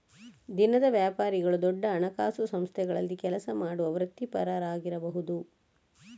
ದಿನದ ವ್ಯಾಪಾರಿಗಳು ದೊಡ್ಡ ಹಣಕಾಸು ಸಂಸ್ಥೆಗಳಲ್ಲಿ ಕೆಲಸ ಮಾಡುವ ವೃತ್ತಿಪರರಾಗಿರಬಹುದು